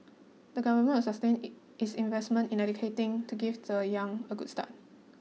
the government will sustain its investments in education to give the young a good start